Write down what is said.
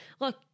look